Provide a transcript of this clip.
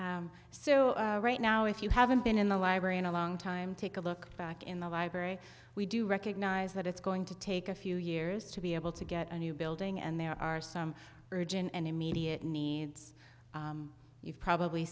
so right now if you haven't been in the library in a long time take a look back in the library we do recognize that it's going to take a few years to be able to get a new building and there are some urgent and immediate needs you've probably